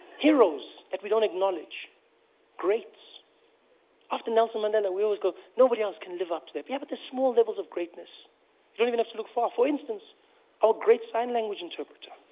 heroes that we don't acknowledge greats after nelson mandela we always go nobody else can live up to that, yeah but the small levels of greatness you don't even have to look far, for instance our great sign language interpreter